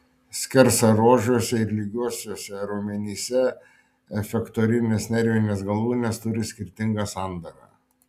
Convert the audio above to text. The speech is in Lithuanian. skersaruožiuose ir lygiuosiuose raumenyse efektorinės nervinės galūnės turi skirtingą sandarą